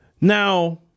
Now